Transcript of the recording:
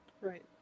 right